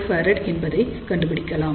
1 pF என்பதை கண்டுபிடிக்கலாம்